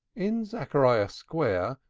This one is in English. in zachariah square,